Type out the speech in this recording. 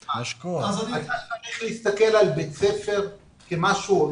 צריך להסתכל על בית ספר כמשהו הוליסטי.